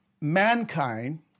mankind